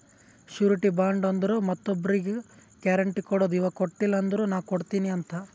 surety bond ಅಂದುರ್ ಮತ್ತೊಬ್ರಿಗ್ guarantee ಕೊಡದು ಇವಾ ಕೊಟ್ಟಿಲ ಅಂದುರ್ ನಾ ಕೊಡ್ತೀನಿ ಅಂತ್